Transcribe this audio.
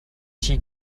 she